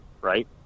Right